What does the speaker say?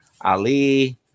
Ali